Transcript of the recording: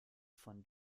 von